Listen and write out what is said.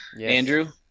andrew